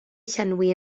llenwi